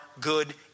good